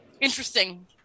interesting